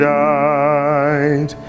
died